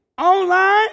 online